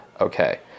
okay